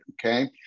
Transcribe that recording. okay